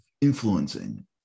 influencing